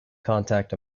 contact